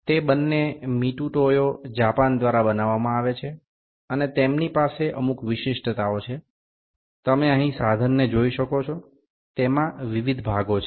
તે બંને Mitutoyo Japan દ્વારા બનાવવામાં આવે છે અને તેમની પાસે અમુક વિશિષ્ટતાઓ છે તમે અહીં સાધનને જોઈ શકો છો તેમાં વિવિધ ભાગો છે